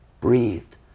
breathed